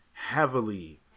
heavily